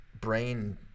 brain